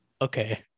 okay